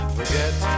Forget